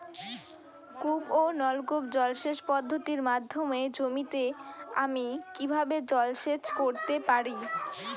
কূপ ও নলকূপ জলসেচ পদ্ধতির মাধ্যমে জমিতে আমি কীভাবে জলসেচ করতে পারি?